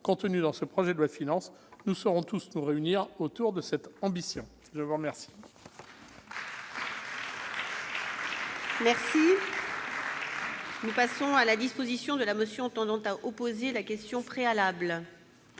contenues dans ce projet de loi de finances, nous saurons tous nous réunir autour de cette ambition. Nous passons à la discussion de la motion tendant à opposer la question préalable.